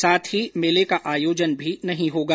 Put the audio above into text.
साथ ही मेले का आयोजन भी नहीं होगा